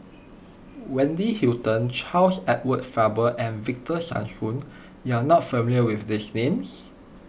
Wendy Hutton Charles Edward Faber and Victor Sassoon you are not familiar with these names